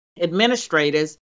administrators